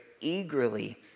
eagerly